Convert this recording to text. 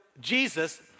Jesus